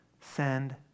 send